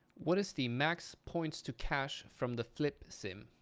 what is the max points to cache from the flip sim?